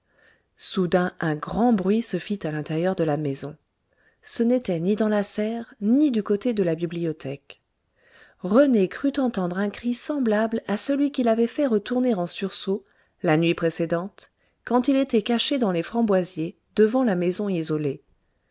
soudain un grand bruit se fit à l'intérieur de la maison ce n'était ni dans la serre ni du côté de la bibliothèque rené crut entendre un cri semblable à celui qui l'avait fait retourner en sursaut la nuit précédente quand il était caché dans les framboisiers devant la maison isolée